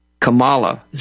Kamala